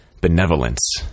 benevolence